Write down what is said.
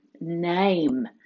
name